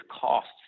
costs